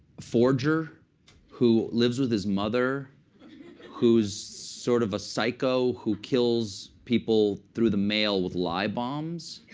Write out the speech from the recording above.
forger who lives with his mother who's sort of a psycho who kills people through the mail with lie bombs.